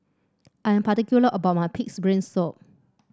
I am particular about my pig's brain soup